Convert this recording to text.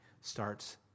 starts